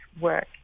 work